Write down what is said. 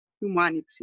humanity